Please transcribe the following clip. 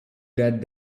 that